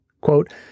Quote